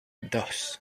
dos